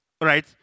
right